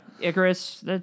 Icarus